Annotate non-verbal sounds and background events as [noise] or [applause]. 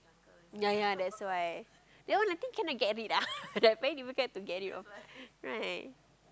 ya ya that's why that I think cannot get rid ah [laughs] that even tried to get rid of right